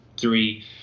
three